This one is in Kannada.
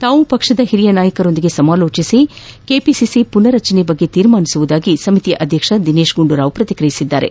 ತಾವು ಪಕ್ಷದ ಹಿರಿಯ ನಾಯಕರೊಂದಿಗೆ ಚರ್ಚಿಸಿ ಮತ್ತು ಕೆಪಿಸಿಸಿ ಪುನರ್ ರಚನೆ ಬಗ್ಗೆ ತೀರ್ಮಾನಿಸುವುದಾಗಿ ಸಮಿತಿಯ ಅಧ್ಯಕ್ಷ ದಿನೇಶ್ ಗುಂಡೂರಾವ್ ಪ್ರತಿಕ್ರಿಯಿಸಿದ್ದಾರೆ